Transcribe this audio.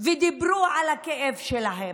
ודיברו על הכאב שלהם,